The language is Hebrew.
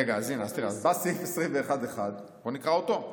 רגע, אז הינה, תראה, בא סעיף 21.1, בוא נקרא אותו: